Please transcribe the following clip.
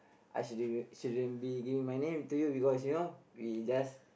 I shouldn't shouldn't be giving my name to you because you know we just